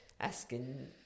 asking